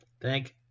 Thank